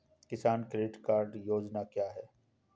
किसान credit card योजना क्या है?